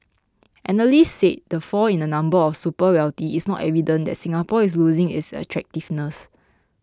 analysts said the fall in the number of super wealthy is not evidence that Singapore is losing its attractiveness